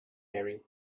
marry